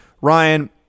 Ryan